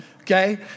okay